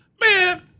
man